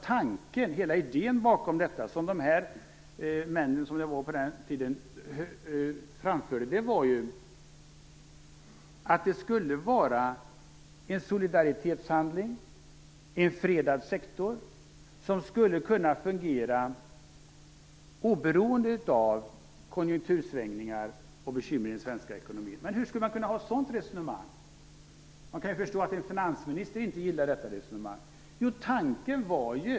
Tanken bakom det, som männen framförde på den tiden, var att det skulle vara en solidaritetshandling och att biståndet skulle vara en fredad sektor som skulle kunna fungera oberoende av konjunktursvängningar och bekymmer i den svenska ekonomin. Hur skulle man kunna föra ett sådant resonemang? Man kan ju förstå att en finansminister inte gillar detta resonemang.